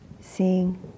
seeing